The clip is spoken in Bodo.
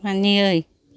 मानियै